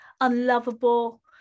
unlovable